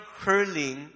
hurling